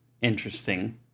interesting